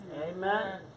Amen